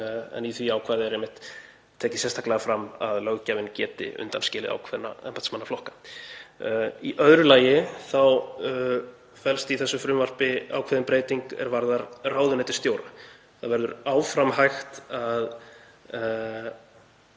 en í því ákvæði er einmitt tekið sérstaklega fram að löggjafinn geti undanskilið ákveðna embættismannaflokka. Í öðru lagi þá felst í þessu frumvarpi ákveðin breyting er varðar ráðuneytisstjóra. Það verður í raun áfram hægt að